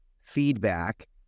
feedback